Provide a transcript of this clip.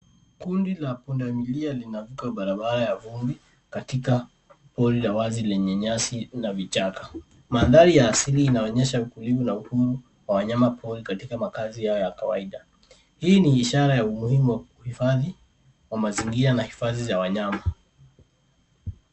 Kundi la punda milia linavuka barabara ya vumbi katika pori la wazi lenye nyasi na vichaka. Mandhari ya asili linaonyesha utulivu na uhuru wa wanyama pori katika makazi yao ya kawaida. Hii ni ishara ya umuhimu wa kuhifadhi wa mazingira na hifadhi za wanyama.